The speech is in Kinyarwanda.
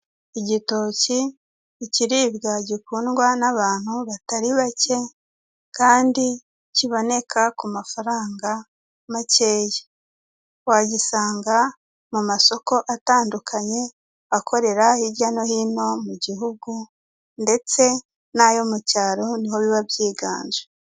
Igitoki, ikiribwa gikundwa n'abantu batari bake kandi kiboneka ku mafaranga makeya. Wagisanga mu masoko atandukanye akorera hirya no hino mu gihugu, ndetse n'ayo mu cyaro, ni ho biba byiganje.